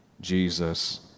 Jesus